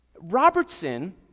Robertson